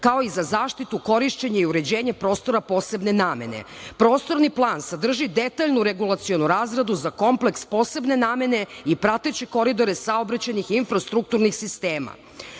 kao i za zaštitu, korišćenje i uređenje prostora posebne namene. Prostorni plan sadrži detaljnu regulacionu razradu za kompleks posebne namene i prateće koridore saobraćajnih i infrastrukturnih sistema.U